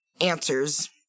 answers